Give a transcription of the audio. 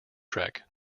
trek